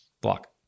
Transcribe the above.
block